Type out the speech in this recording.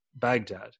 Baghdad